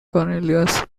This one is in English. cornelius